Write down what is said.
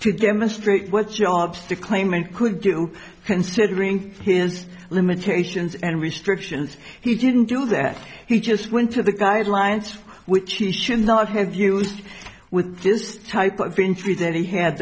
to give him a straight what jobs the claimant could do considering his limitations and restrictions he didn't do that he just went to the guidelines which he should not have used with this type of injury that he had